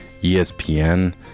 espn